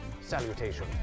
Salutation